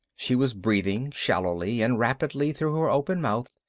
she was breathing shallowly and rapidly through her open mouth,